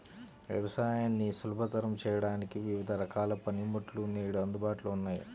వ్యవసాయాన్ని సులభతరం చేయడానికి వివిధ రకాల పనిముట్లు నేడు అందుబాటులో ఉన్నాయి